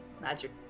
magic